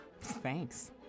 Thanks